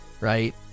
right